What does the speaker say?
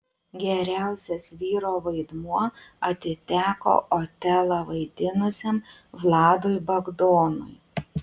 geriausias vyro vaidmuo atiteko otelą vaidinusiam vladui bagdonui